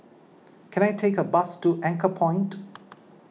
can I take a bus to Anchorpoint